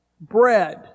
bread